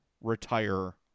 retire